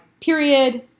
period